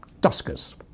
duskers